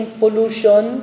pollution